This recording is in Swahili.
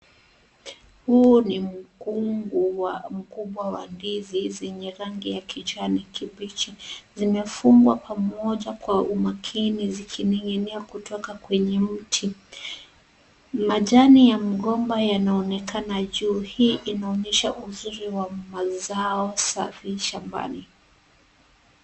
Huu ni mkungu wa mgumba wa ndizi zenye rangi ya kijani kibichi. Zimefungwa pamoja kwa umakini zikining'inia kutoka kwenye mti. Majani ya mgomba yanaonekana juu, hii inaonyesha uzuri wa mali zao safi shambani.